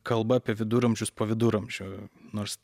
kalba apie viduramžius po viduramžių nors